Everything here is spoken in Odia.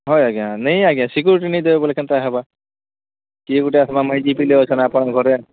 ହଁ ଆଜ୍ଞା ନେଇ ଆଜ୍ଞା ସିକ୍ୟୁରିଟି ନେଇ ଦେବୁ ବୋଲେ କେନ୍ତା ହେବା କିଏ ଗୋଟେ ଆପଣଙ୍କ ପାଇଁ ଆପଣଙ୍କର ଘରେ